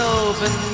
open